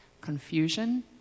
Confusion